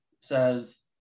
says